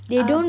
ah